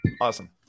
Awesome